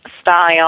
style